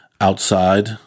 outside